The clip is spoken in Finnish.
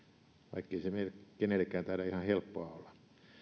vaikkei se kenellekään taida ihan helppoa olla tämä